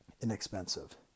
inexpensive